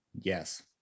Yes